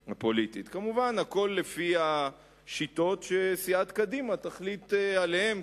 כמובן, הכול לפי השיטות שסיעת קדימה תחליט עליהן.